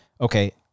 okay